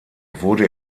wurde